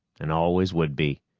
and always would be.